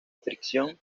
fricción